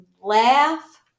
laugh